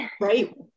right